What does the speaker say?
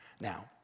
Now